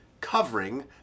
covering